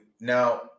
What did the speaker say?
now